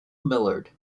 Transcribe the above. millard